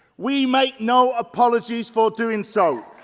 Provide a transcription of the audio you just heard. we make no apologies for doing so.